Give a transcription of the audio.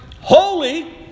holy